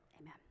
Amen